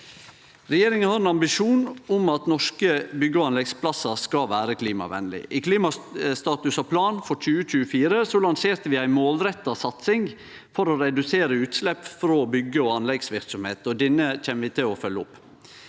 Regjeringa har ein ambisjon om at norske byggjeog anleggsplassar skal vere klimavenlege. I klimastatus og -plan for 2024 lanserte vi ei målretta satsing for å redusere utslepp frå byggje- og anleggsverksemd. Denne kjem vi til å følgje opp.